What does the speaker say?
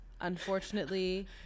unfortunately